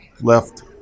left